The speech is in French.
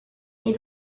est